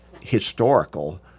historical